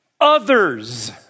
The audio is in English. Others